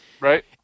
Right